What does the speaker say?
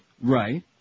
Right